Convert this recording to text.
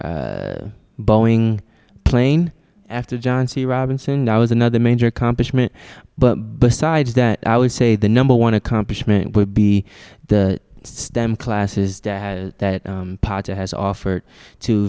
seven boeing plane after john c robinson i was another major accomplishment but besides that i would say the number one accomplishment would be the stem classes data that potter has offered to